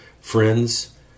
Friends